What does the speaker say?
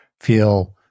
feel